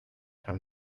from